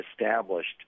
established